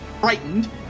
frightened